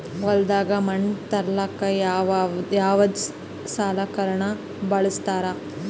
ಹೊಲದಾಗ ಮಣ್ ತರಲಾಕ ಯಾವದ ಸಲಕರಣ ಬಳಸತಾರ?